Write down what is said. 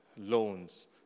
loans